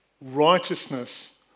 righteousness